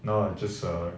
now I just err